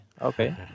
Okay